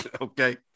Okay